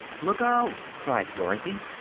look out! cried dorothy,